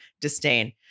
disdain